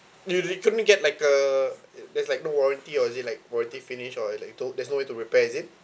you you couldn't get like a uh there's like no warranty or is it like warranty finished or it like to~ there's no way to repair is it